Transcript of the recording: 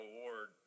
Award